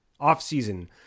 offseason